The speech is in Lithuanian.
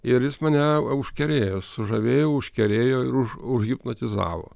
ir jis mane užkerėjo sužavėjo užkerėjo ir užhipnotizavo